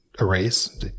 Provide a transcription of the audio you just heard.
erase